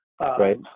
Right